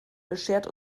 beschert